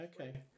okay